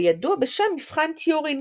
וידוע בשם "מבחן טיורינג"